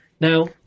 Now